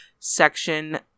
section